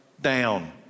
down